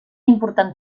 important